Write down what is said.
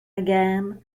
again